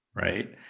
Right